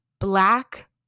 Black